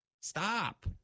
Stop